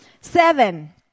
Seven